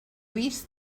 vist